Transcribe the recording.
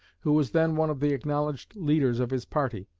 who was then one of the acknowledged leaders of his party.